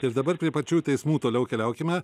ir dabar prie pačių teismų toliau keliaukime